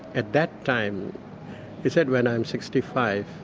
at that time he said, when i'm sixty five